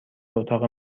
اتاق